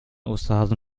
osterhasen